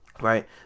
right